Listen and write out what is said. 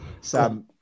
Sam